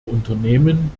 unternehmen